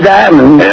Diamond